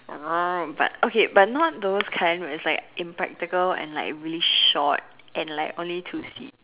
I want but okay but not those kind where it's impractical and like really short and like only two seat